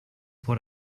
what